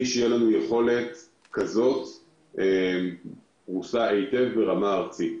שתהיה לנו יכולת כזאת פרוסה היטב ברמה ארצית.